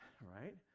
right